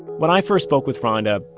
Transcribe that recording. when i first spoke with ronda,